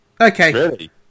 okay